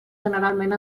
generalment